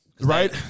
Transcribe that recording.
Right